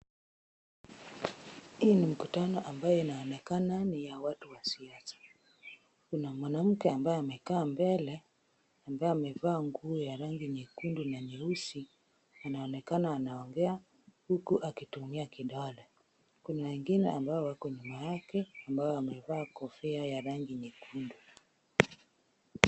Hii ni mkutano ambayo inaonekana ni ya watu wa siasa. Kuna mwanamke ambaye amekaa mbele ambaye amevaa nguo ya rangi nyekundu na nyeusi anaonekana anaongea huku akitumia kidole. Kuna wengine ambao wako nyuma yake ambao wamevaa kofia ya rangi nyekundu.